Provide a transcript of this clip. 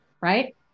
right